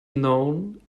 known